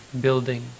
building